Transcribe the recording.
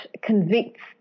convicts